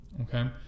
Okay